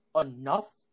enough